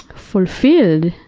fulfilled.